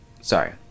Sorry